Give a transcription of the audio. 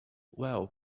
well